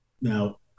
Now